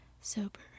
sober